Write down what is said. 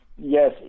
Yes